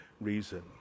reason